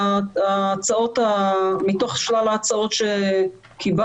ההצעות הטובות יותר מתוך שלל ההצעות שקיבלנו